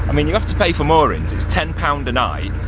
i mean, you have to pay for moorings, it's ten pounds a night,